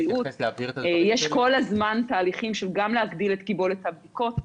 יש כל הזמן תהליכים גם להגדיל את קיבולת הבדיקות,